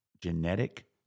genetic